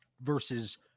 versus